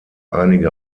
einige